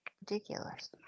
ridiculous